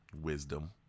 wisdom